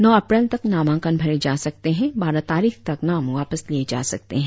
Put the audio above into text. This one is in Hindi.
नौ अप्रैल तक नामांकन भरे जा सकते है बारह तारीख तक नाम वापस लिये जा सकते हैं